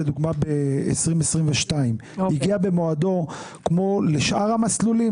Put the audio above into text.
למשל ב-2022, הגיע במועדו כמו לשאר המסלולים?